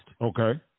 Okay